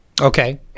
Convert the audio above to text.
Okay